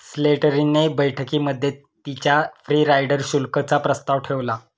Slattery ने बैठकीमध्ये तिच्या फ्री राईडर शुल्क चा प्रस्ताव ठेवला